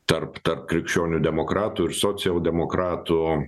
tarp tarp krikščionių demokratų ir socialdemokratų